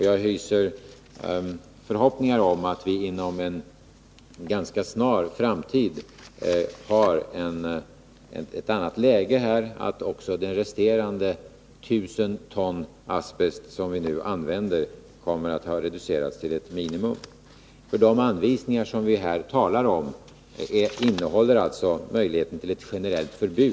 Jag hyser förhoppningar om att vi inom en snar framtid har ett annat läge där också resterande 1000 ton asbest som vi nu Nr 15 använder kommer att ha reducerats till ett minimum, ty de anvisningar som Fredagen den det här talas om innehåller möjligheter till ett generellt förbud.